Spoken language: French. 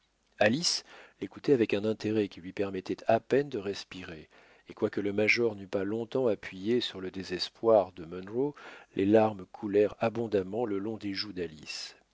déjà alice l'écoutait avec un intérêt qui lui permettait à peine de respirer et quoique le major n'eût pas longtemps appuyé sur le désespoir de munro les larmes coulèrent abondamment le long des joues d'alice